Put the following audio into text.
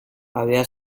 había